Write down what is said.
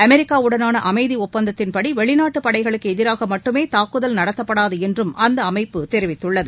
அமெரிக்காவுடனானஅமைதிட்பந்தத்தின்படிவெளிநாட்டுபடைகளுக்குஎதிராகமட்டுமேதாக்குதல் நடத்தப்படாதுஎன்றும் அந்தஅமைப்பு தெரிவித்துள்ளது